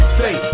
say